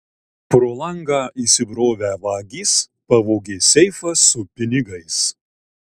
pro langą įsibrovę vagys pavogė seifą su pinigais